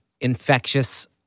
infectious